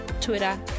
Twitter